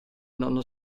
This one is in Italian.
nonno